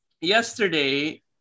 yesterday